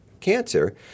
cancer